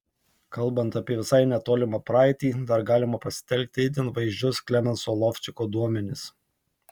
kalbant apie visai netolimą praeitį dar galima pasitelkti itin vaizdžius klemenso lovčiko duomenis